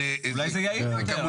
אולי זה יעיל יותר.